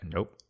Nope